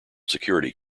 security